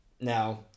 Now